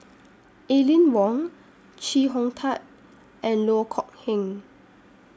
Aline Wong Chee Hong Tat and Loh Kok Heng